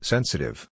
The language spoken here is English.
Sensitive